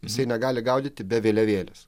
jisai negali gaudyti be vėliavėlės